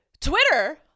Twitter